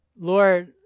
Lord